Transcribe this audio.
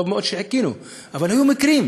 טוב מאוד שחיכינו, אבל היו מקרים.